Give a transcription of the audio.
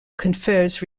confers